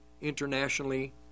internationally